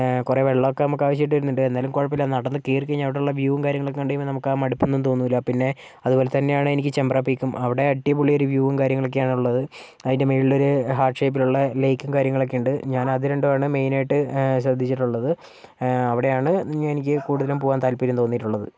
കുറേ വെള്ളമൊക്കെ നമുക്ക് ആവശ്യമായിട്ട് വരുന്നുണ്ട് എന്നാലും കുഴപ്പമായില്ല നടന്ന് കയറിക്കഴിഞ്ഞാൽ അവടെയുള്ള വ്യൂവും കാര്യങ്ങളുമൊക്കെ കണ്ട് കഴിയുമ്പം നമുക്കാ മടുപ്പൊന്നും തോന്നില്ല പിന്നെ അതുപോലെ തന്നെയാണെനിക്ക് ചെമ്പ്ര പീക്കും അവിടെ അടിപൊളിയൊരു വ്യൂവും കാര്യങ്ങളുമൊക്കെയാണുള്ളത് അതിൻ്റെ മുകളിലൊരു ഹാർട്ട് ഷേപ്പിലൊരു ലേക്കും കാര്യങ്ങളൊക്കെയുണ്ട് ഞാനത് രണ്ടുമാണ് മെയ്നായിട്ട് ശ്രദ്ധിച്ചിട്ടുള്ളത് അവിടെയാണ് എനിക്ക് കൂടുതലും പോകാൻ താത്പര്യം തോന്നിയിട്ടുള്ളത്